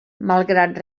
malgrat